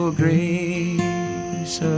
grace